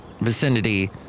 vicinity